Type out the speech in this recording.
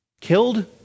killed